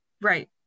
Right